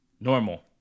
normal